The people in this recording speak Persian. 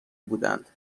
بودند